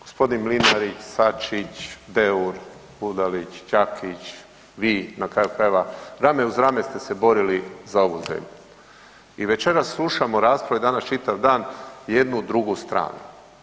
G. Mlinarić, Sačić, Deur, Budalić, Đakić, vi na kraju krajeva, rame uz rame ste se borili za ovu zemlju i večeras slušamo rasprave danas čitav dan jednu drugu stranu.